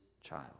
child